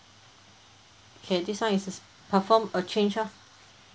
okay this [one] is perform a change ah